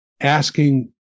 asking